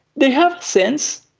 they have a sense.